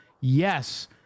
Yes